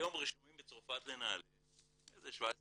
היום רשומים בצרפת לנעל"ה איזה 17 ילדים.